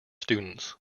students